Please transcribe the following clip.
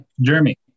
Jeremy